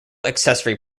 accessory